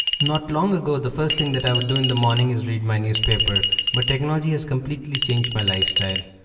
not long ago, the first thing that i'd do in the morning is read my newspaper but technology has completely changed my lifestyle.